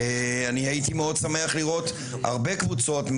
ואני הייתי מאוד שמח לראות הרבה קבוצות,